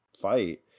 fight